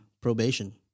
probation